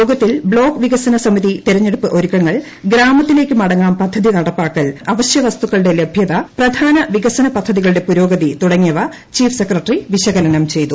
യോഗത്തിൽ ബ്ലോക്ട് വിക്സന സമിതിതെരഞ്ഞെടുപ്പ് ഒരുക്കങ്ങൾ പ്രഗ്ഗാമത്തിലേക്ക്മടങ്ങാം പദ്ധതി നടപ്പിലാക്കൽ അവശ്രൃ വൃസ്തുക്കളുടെ ലഭൃത പ്രധാന വികസന പദ്ധതികളുടെ ഷ്ട്ര്യോഗതി തുടങ്ങിയവ ചീഫ് സെക്രട്ടറി വിശകലനം ചെയ്തു